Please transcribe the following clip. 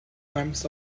crimes